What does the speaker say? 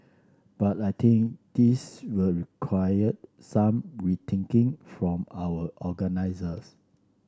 but I think this will require some rethinking from our organisers